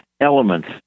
elements